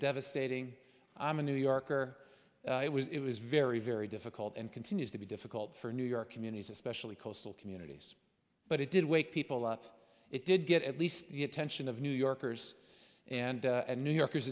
devastating i'm a new yorker it was it was very very difficult and continues to be difficult for new york communities especially coastal communities but it did wake people up it did get at least the attention of new yorkers and new yorkers